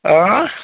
اۭں